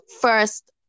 first